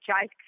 Jake